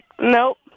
nope